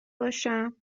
باشم